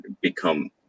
become